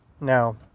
Now